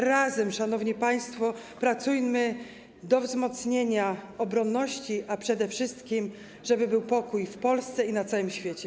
Razem, szanowni państwo, pracujmy w celu wzmocnienia obronności, a przede wszystkim tak, żeby był pokój w Polsce i na całym świecie.